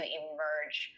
emerge